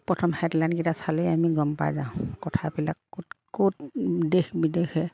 প্ৰথম হেডলাইনকেইটা চালেই আমি গম পাই যাওঁ কথাবিলাক ক'ত ক'ত দেশ বিদেশে